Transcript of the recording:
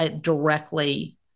directly